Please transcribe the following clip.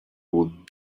would